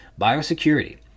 biosecurity